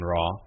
Raw